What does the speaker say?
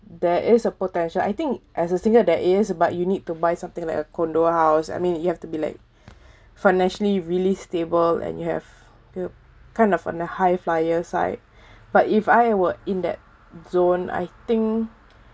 there is a potential I think as a single there is but you need to buy something like a condo house I mean you have to be like financially really stable and you have kind of on the high flier side but if I were in that zone I think